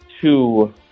two